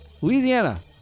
Louisiana